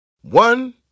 One